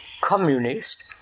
communist